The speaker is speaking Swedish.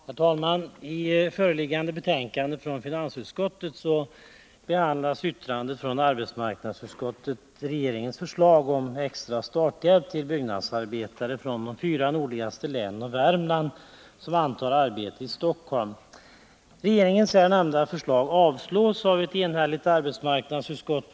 Herr talman! Vid nu föreliggande betänkande från finansutskottet är fogat ett yttrande från arbetsmarknadsutskottet, avseende regeringens förslag om extra starthjälp till byggnadsarbetare från de fyra nordligaste länen och Värmland som antar arbete i Stockholm. Regeringens här nämnda förslag avstyrks av ett enhälligt arbetsmarknadsutskott.